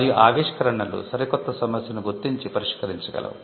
మరియు ఆవిష్కరణలు సరికొత్త సమస్యను గుర్తించి పరిష్కరించగలవు